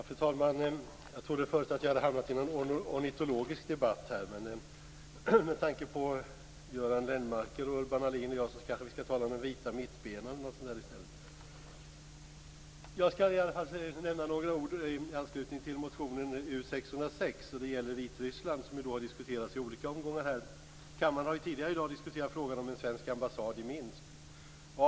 Fru talman! Jag trodde först att jag hade hamnat i någon ornitologisk debatt. Med tanke på Göran Lennmarker, Urban Ahlin och mig kanske vi i stället för de andra arterna skall tala om "den vita mittbenan". Jag skall säga något i anslutning till motion U606. Det gäller Vitryssland, som har diskuterats i olika omgångar i debatten. Kammaren har ju tidigare i dag diskuterat frågan om en svensk ambassad i Minsk.